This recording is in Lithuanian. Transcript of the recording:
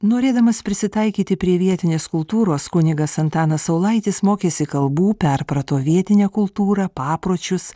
norėdamas prisitaikyti prie vietinės kultūros kunigas antanas saulaitis mokėsi kalbų perprato vietinę kultūrą papročius